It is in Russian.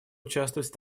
участвовать